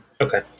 Okay